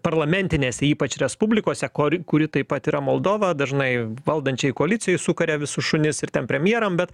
parlamentinėse ypač respublikose kur kuri taip pat yra moldova dažnai valdančiai koalicijai sukaria visus šunis ir ten premjeram bet